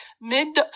Mid